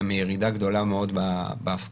אלא מירידה גדולה מאוד בהפקדות,